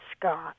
Scott